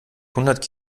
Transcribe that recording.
hundert